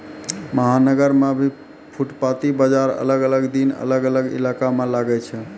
महानगर मॅ भी फुटपाती बाजार अलग अलग दिन अलग अलग इलाका मॅ लागै छै